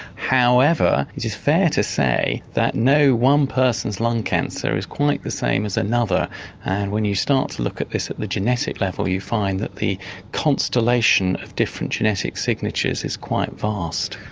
however, it is fair to say that no one person's lung cancer is quite the same as another and when you start to look at this at the genetic level you find that the constellation of different genetic signatures is quite vast.